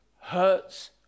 hurts